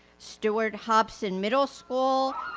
stewart hobson middle school,